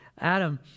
Adam